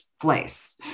place